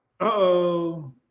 uh-oh